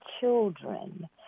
children